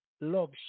love